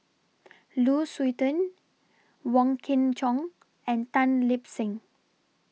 Lu Suitin Wong Kin Jong and Tan Lip Seng